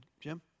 Jim